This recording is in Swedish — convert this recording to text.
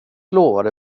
lovade